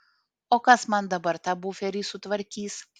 o kas man dabar tą buferį sutvarkys